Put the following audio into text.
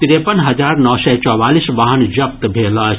तिरेपन हजार नओ सय चौवालीस वाहन जब्त भेल अछि